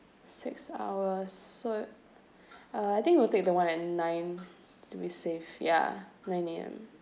six hours so uh I think we'll take the one at nine to be safe ya nine A_M